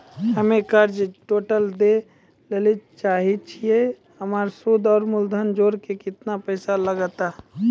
हम्मे कर्जा टोटल दे ला चाहे छी हमर सुद और मूलधन जोर के केतना पैसा लागत?